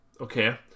Okay